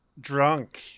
drunk